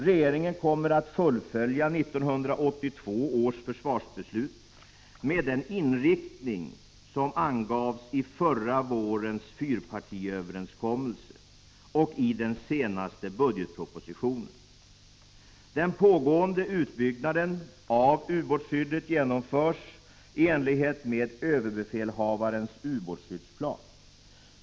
Regeringen kommer att fullfölja 1982 års försvarsbeslut, med den inriktning som angavs i förra vårens fyrpartiöverenskommelse och i den senaste budgetpropositionen. Den pågående utbyggnaden av ubåtsskyddet genomförs i enlighet med överbefälhavarens ubåtsskyddsplan.